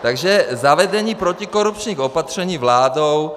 Takže zavedení protikorupčních opatření vládou.